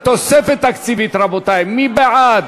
תוספת תקציבית רבותי, מי בעד?